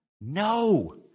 No